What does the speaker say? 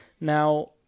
Now